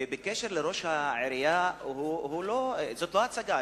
ובקשר לראש העירייה, זאת לא הצגה.